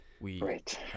Right